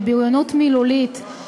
בבריונות מילולית,